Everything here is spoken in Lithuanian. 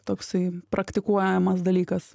toksai praktikuojamas dalykas